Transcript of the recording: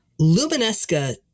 Luminesca